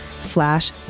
slash